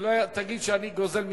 שלא תגיד שאני גוזל מזמנך.